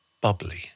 bubbly